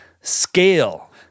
scale